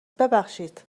ببخشید